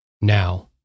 Now